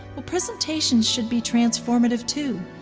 presentation should be transformative too,